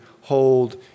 hold